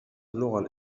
اللغة